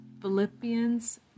Philippians